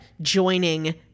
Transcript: joining